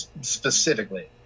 specifically